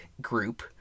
group